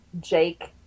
Jake